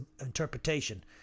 interpretation